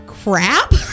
Crap